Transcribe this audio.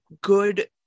good